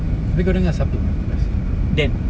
kita dengar satu lepas ni